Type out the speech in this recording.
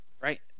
Right